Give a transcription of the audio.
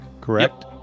correct